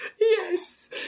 Yes